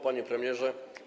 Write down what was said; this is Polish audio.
Panie Premierze!